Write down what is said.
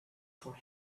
for